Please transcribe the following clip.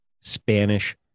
Spanish